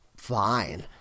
Fine